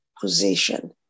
position